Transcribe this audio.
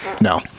no